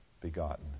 begotten